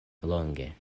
longe